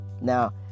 now